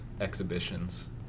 Exhibitions